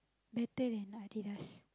better than Adidas